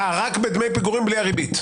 רק בדמי פיגורים בלי הריבית?